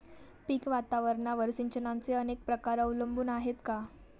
पीक वातावरणावर सिंचनाचे अनेक प्रकार अवलंबून आहेत का?